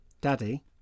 Daddy